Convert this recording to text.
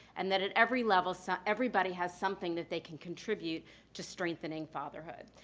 and that at every level, so everybody has something that they can contribute to strengthening fatherhood.